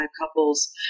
couples